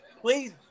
please